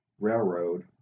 Railroad